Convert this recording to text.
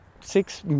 six